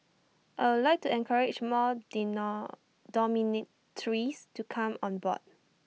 I would like to encourage more did not dormitories to come on board